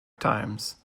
times